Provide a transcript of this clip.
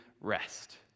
rest